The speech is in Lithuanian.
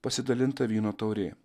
pasidalinta vyno taurė